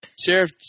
Sheriff